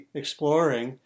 exploring